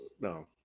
No